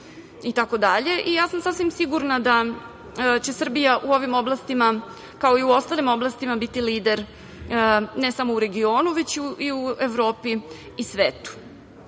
itd. i ja sam sasvim sigurna da će Srbija u ovim oblastima, kao i u ostalim oblastima, biti lider ne samo u regionu, već i u Evropi i svetu. Tom